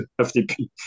FTP